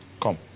Come